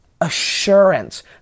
assurance